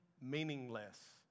Meaningless